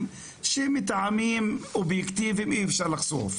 בקשה של תקנים בשירות הציבורי היא בקשה בעלמא לא נקבל,